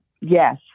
yes